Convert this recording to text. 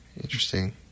interesting